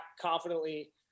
confidently